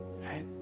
right